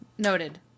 Noted